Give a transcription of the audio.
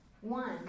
One